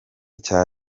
cya